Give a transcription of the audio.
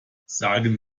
sagen